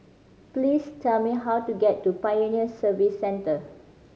please tell me how to get to Pioneer Service Centre